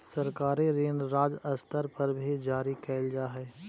सरकारी ऋण राज्य स्तर पर भी जारी कैल जा हई